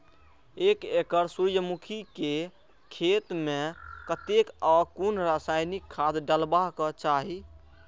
एक एकड़ सूर्यमुखी केय खेत मेय कतेक आ कुन रासायनिक खाद डलबाक चाहि?